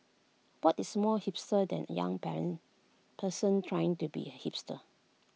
what is more hipster than A young parent person trying to be A hipster